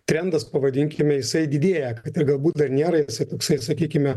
trendas pavadinkime jisai didėja ir galbūt dar nėra jisai toksai sakykime